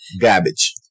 Garbage